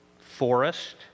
forest